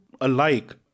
alike